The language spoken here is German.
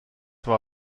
war